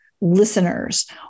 listeners